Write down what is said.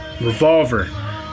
Revolver